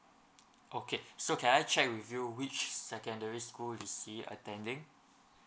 okay so can I check with you which secondary school is he attending